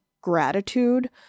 gratitude